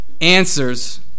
answers